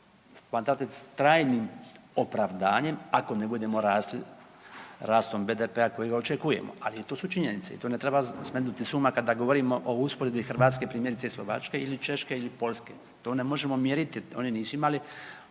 smatrati trajnim opravdanjem, ako ne budemo rasli rastom BDP-a kojega očekujemo, ali i to su činjenice i to ne treba smetnuti s uma kada govorimo o usporedbi, Hrvatske primjerice, Slovačke ili Češke ili Poljske. To ne možemo mjeriti, oni nisu imali